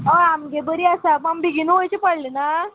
आमगे बरी आसा प आम बेगीन वयचें पडलें ना